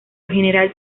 general